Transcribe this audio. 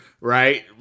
right